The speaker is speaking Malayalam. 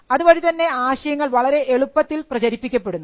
അതുവഴി തന്നെ ആശയങ്ങൾ വളരെ എളുപ്പത്തിൽ പ്രചരിപ്പിക്കപ്പെടുന്നു